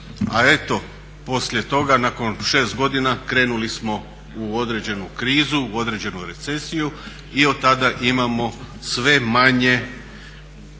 a eto poslije toga nakon 6 godina krenuli smo u određenu krizu, u određenu recesiju i od tada imamo sve manje